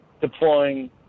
deploying